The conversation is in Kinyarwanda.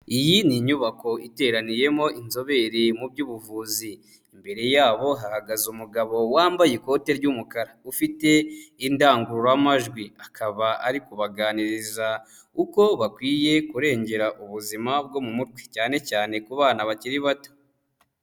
Iyi ni inyubako iteraniyemo inzobere mu by'ubuvuzi, imbere yabo hahagaze umugabo wambaye ikote ry'umukara ufite indangururamajwi, akaba ari kubaganiriza uko bakwiye kurengera ubuzima bwo mu mutwe cyane cyane ku bana bakiri bato.